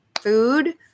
food